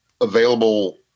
available